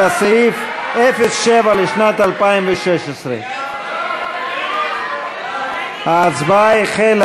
על סעיף 07 לשנת 2016. ההצבעה החלה,